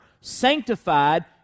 sanctified